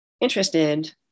interested